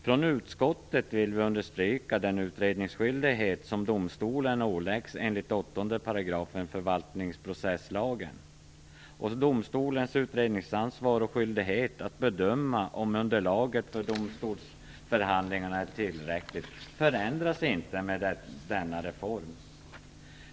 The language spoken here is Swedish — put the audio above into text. Från utskottet vill vi understryka den utredningsskyldighet som domstolen åläggs enligt 8 § förvaltningsprocesslagen. Domstolens utredningsansvar och skyldighet att bedöma om underlaget för domstolsförhandlingarna är tillräckligt förändras inte med denna reform.